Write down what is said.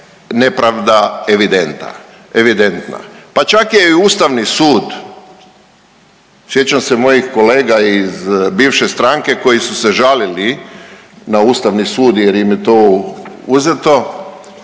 Pa čak je i Ustavni sud, sjećam se mojih kolega iz bivše stranke koji su se žalili na Ustavni sud jer im je to uzeto.